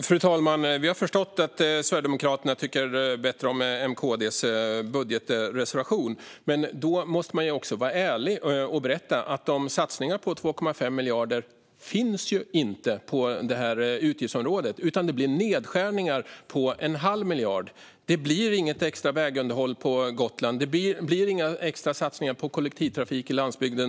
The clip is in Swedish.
Fru talman! Vi har förstått att Sverigedemokraterna tycker bättre om M-KD:s budgetreservation. Men då måste man också vara ärlig och berätta att satsningarna på 2,5 miljarder inte finns på utgiftsområdet, utan det blir nedskärningar på en halv miljard. Det blir inget extra vägunderhåll på Gotland. Det blir inga extra satsningar på kollektivtrafik i landsbygden.